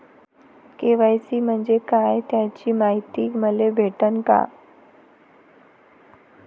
KYC म्हंजे काय त्याची मायती मले भेटन का?